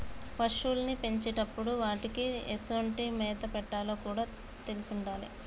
పశువుల్ని పెంచేటప్పుడు వాటికీ ఎసొంటి మేత పెట్టాలో కూడా తెలిసుండాలి